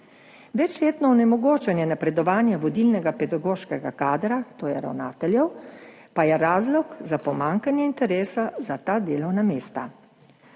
Večletno onemogočanje napredovanja vodilnega pedagoškega kadra, to je ravnateljev, pa je razlog za pomanjkanje interesa za ta delovna mesta.